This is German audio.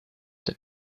der